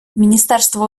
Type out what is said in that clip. міністерство